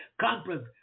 conference